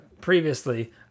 previously